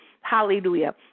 Hallelujah